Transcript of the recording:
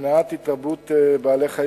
למניעת התרבות בעלי-חיים